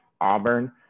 Auburn